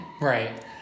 Right